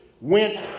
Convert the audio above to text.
went